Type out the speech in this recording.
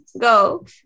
go